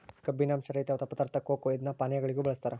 ಕಬ್ಬಿನಾಂಶ ರಹಿತವಾದ ಪದಾರ್ಥ ಕೊಕೊ ಇದನ್ನು ಪಾನೀಯಗಳಿಗೂ ಬಳಸ್ತಾರ